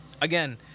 Again